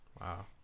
Wow